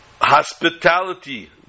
Hospitality